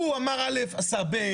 הוא אמר א', עשה ב'.